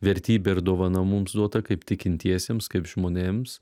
vertybė ir dovana mums duota kaip tikintiesiems kaip žmonėms